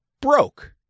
broke